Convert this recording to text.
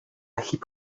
heap